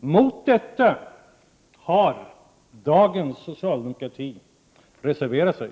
Mot detta har dagens socialdemokrati reserverat sig.